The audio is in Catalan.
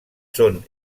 són